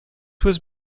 was